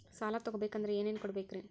ಸಾಲ ತೊಗೋಬೇಕಂದ್ರ ಏನೇನ್ ಕೊಡಬೇಕ್ರಿ?